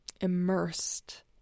immersed